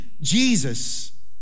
Jesus